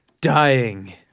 dying